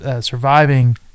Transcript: surviving